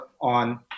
on